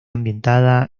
ambientada